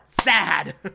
sad